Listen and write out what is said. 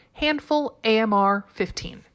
HandfulAMR15